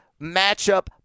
matchup